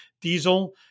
diesel